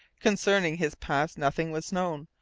concerning his past nothing was known,